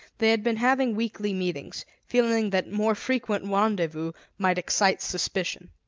they had been having weekly meetings, feeling that more frequent rendezvous might excite suspicion.